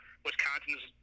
Wisconsin's